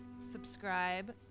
Subscribe